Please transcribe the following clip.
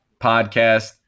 podcast